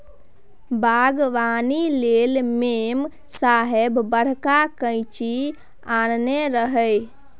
बागबानी लेल मेम साहेब बड़का कैंची आनने रहय